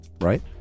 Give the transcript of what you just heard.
right